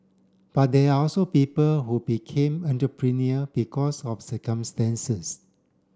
but there are also people who became entrepreneur because of circumstances